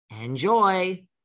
Enjoy